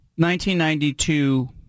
1992